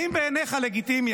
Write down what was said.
האם בעיניך לגיטימי,